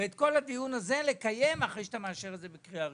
אבל את כל הדיון הזה צריך לקיים אחרי שנאשר את זה בקריאה ראשונה.